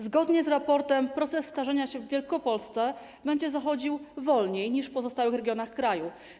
Zgodnie z raportem proces starzenia się w Wielkopolsce będzie zachodził wolniej niż w pozostałych regionach kraju.